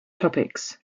topics